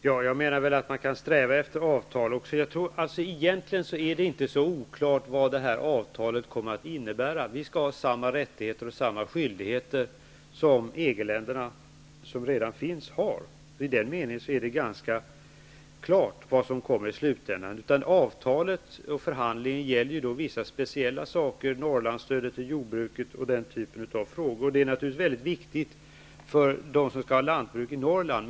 Herr talman! Jag menar att man väl kan sträva efter avtal. Egentligen är det inte så oklart vad det här avtalet kommer att innebära. Vi skall ha samma rättigheter och skyldigheter som de länder har som redan är med i EG. Vad som kommer i slutänden är i den meningen är det ganska klart. Avtalet och förhandligen gäller vissa speciella frågor. Det handlar t.ex. om Norrlandsstödet till jordbruket och andra frågor av den typen. Naturligtvis är det här väldigt viktigt för dem som skall ha lantbruk i Norrland.